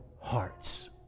hearts